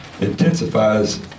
intensifies